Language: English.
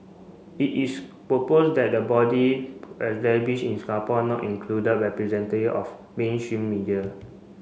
it is proposed that the body established in Singapore not include of mainstream media